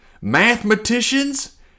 Mathematicians